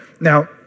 Now